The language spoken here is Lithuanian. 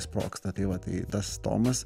sprogsta tai va tai tas tomas